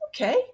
okay